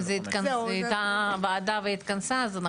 אם היתה ועדה שהתכנסה אז אנחנו רוצים לראות.